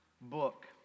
book